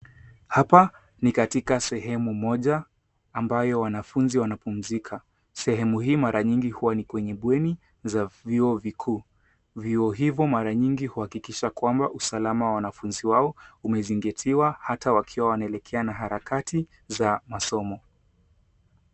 Hapa ni katika sehemu moja ambayo wanafunzi wanapumzika. Sehemu hii mara nyingi huwa ni kwenye bweni za vyuo vikuu. Vyuo hivyo mara nyingi kuhakikisha kwamba usalama wa wanafunzi wao umezingatiwa hata wakiwa wanaelekea na harakati za masomo.